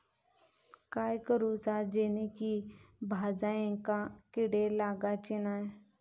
काय करूचा जेणेकी भाजायेंका किडे लागाचे नाय?